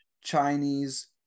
Chinese